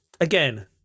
again